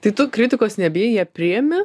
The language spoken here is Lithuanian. tai tu kritikos nebijai ją priemi